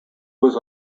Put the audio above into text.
was